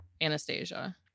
Anastasia